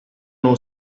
know